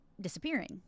disappearing